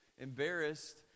embarrassed